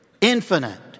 infinite